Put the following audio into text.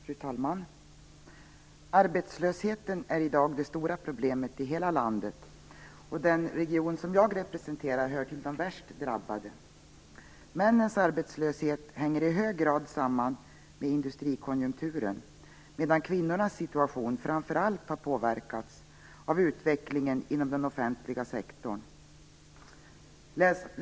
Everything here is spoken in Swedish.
Fru talman! Arbetslösheten är i dag det stora problemet i hela landet. Den region jag representerar hör till de värst drabbade. Männens arbetslöshet hänger i hög grad samman med industrikonjunkturen medan kvinnornas situation framför allt har påverkats av utvecklingen inom den offentliga sektorn.